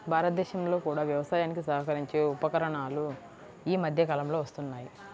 భారతదేశంలో కూడా వ్యవసాయానికి సహకరించే ఉపకరణాలు ఈ మధ్య కాలంలో వస్తున్నాయి